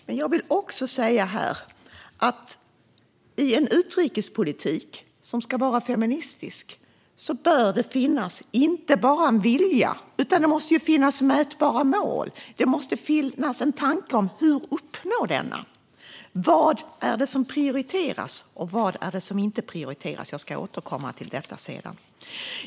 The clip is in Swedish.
Men i en feministisk utrikespolitik bör det finnas inte bara en vilja utan också mätbara mål och en tanke om hur dessa ska uppnås. Vad är det som prioriteras, och vad är det som inte prioriteras? Jag ska återkomma till detta senare.